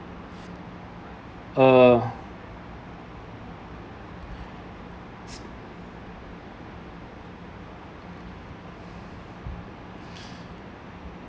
uh